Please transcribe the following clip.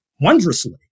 wondrously